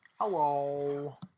hello